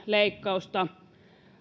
leikkausta